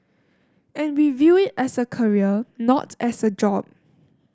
and we view it as a career not as a job